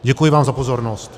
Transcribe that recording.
Děkuji vám za pozornost.